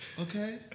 okay